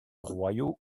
royaux